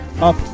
up